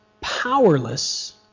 powerless